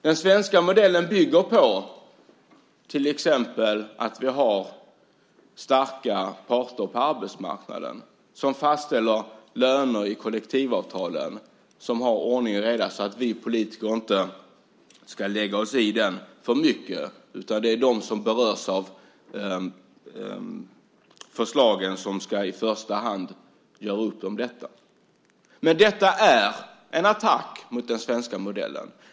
Den svenska modellen bygger till exempel på att vi har starka parter på arbetsmarknaden som fastställer löner i kollektivavtalen, som har ordning och reda så att vi politiker inte lägger oss i det alltför mycket utan att det är de som berörs av förslagen som i första hand gör upp om detta. Detta är en attack mot den svenska modellen.